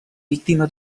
víctima